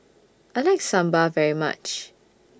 I like Sambar very much